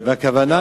תגמור.